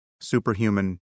superhuman